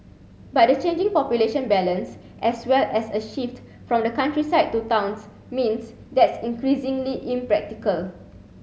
but the changing population balance as well as a shift from the countryside to towns means that's increasingly impractical